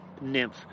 nymph